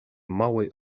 mały